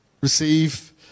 receive